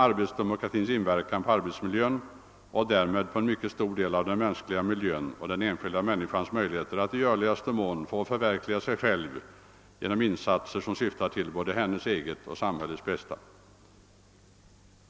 Arbetsdemokratin inverkar ju på arbetsmiljön och därmed på en mycket stor del av den mänskliga miljön och på den enskilda människans möjligheter att i görligaste mån förverkliga sig själv genom insatser som syftar till både hennes eget och samhällets bästa.